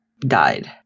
died